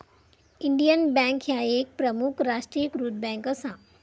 Indian bank ह्या एक प्रमुख राष्ट्रीयीकृत बँक असा